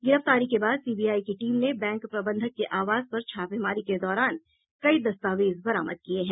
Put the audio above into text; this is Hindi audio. गिरफ्तारी के बाद सीबीआई की टीम ने बैंक प्रबंधक के आवास पर छापेमारी के दौरान कई दस्तावेज बरामद किये है